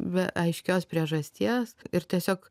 be aiškios priežasties ir tiesiog